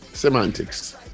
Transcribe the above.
semantics